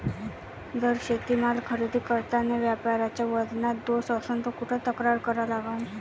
जर शेतीमाल खरेदी करतांनी व्यापाऱ्याच्या वजनात दोष असन त कुठ तक्रार करा लागन?